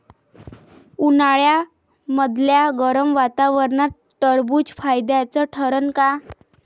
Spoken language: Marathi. उन्हाळ्यामदल्या गरम वातावरनात टरबुज फायद्याचं ठरन का?